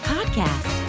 Podcast